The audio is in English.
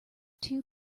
two